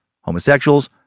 homosexuals